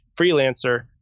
freelancer